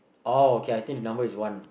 oh okay I think the number is one